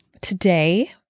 Today